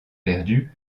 perdues